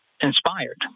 inspired